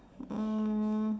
um